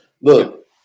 look